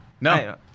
No